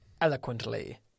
eloquently